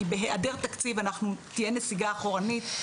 כי בהיעדר תקציב תהיה נסיגה אחורנית,